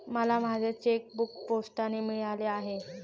मला माझे चेकबूक पोस्टाने मिळाले आहे